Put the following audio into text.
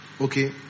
Okay